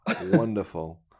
Wonderful